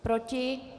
Proti?